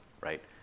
right